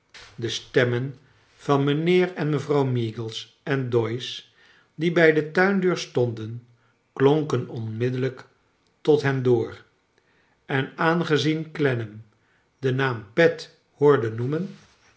de stemmen van mijnheer en mevrouw meagles en doyce die bij de tuindeur stonden klonken onmiddellijk tot ben door en aangezien clennam den naam pet hoorde noemen